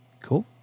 Cool